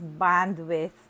bandwidth